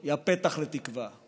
היא הפתח לתקווה,